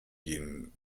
den